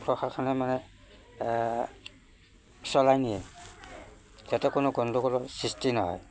প্ৰশাসনে মানে চলাই নিয়ে যাতে কোনো গণ্ডগোলৰ সৃষ্টি নহয়